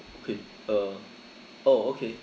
okay uh oh okay